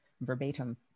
verbatim